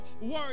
word